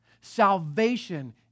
Salvation